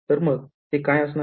तर मग ते काय असणार आहे